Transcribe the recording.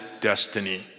destiny